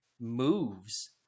moves